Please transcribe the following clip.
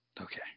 Okay